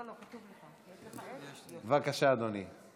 בבקשה, אדוני.